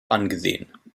angesehen